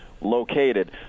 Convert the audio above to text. located